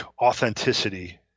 authenticity